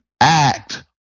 act